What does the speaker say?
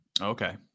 Okay